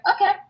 okay